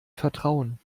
vertrauen